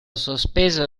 sospeso